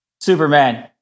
Superman